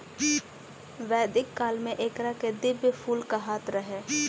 वैदिक काल में एकरा के दिव्य फूल कहात रहे